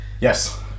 Yes